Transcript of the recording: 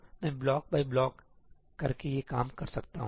तो मैं block by block करके ये काम कर सकता हूं